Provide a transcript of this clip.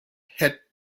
het